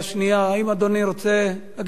האם אדוני רוצה לגשת להצבעה?